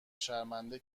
شرمنده